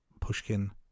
Pushkin